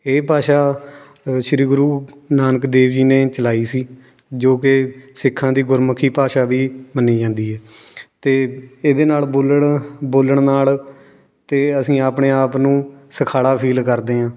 ਇਹ ਭਾਸ਼ਾ ਸ਼੍ਰੀ ਗੁਰੂ ਨਾਨਕ ਦੇਵ ਜੀ ਨੇ ਚਲਾਈ ਸੀ ਜੋ ਕਿ ਸਿੱਖਾਂ ਦੀ ਗੁਰਮੁਖੀ ਭਾਸ਼ਾ ਵੀ ਮੰਨੀ ਜਾਂਦੀ ਹੈ ਅਤੇ ਇਹਦੇ ਨਾਲ ਬੋਲਣਾ ਬੋਲਣ ਨਾਲ ਅਤੇ ਅਸੀਂ ਆਪਣੇ ਆਪ ਨੂੰ ਸਿਖਾਲਾ ਫੀਲ ਕਰਦੇ ਹਾਂ